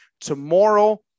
tomorrow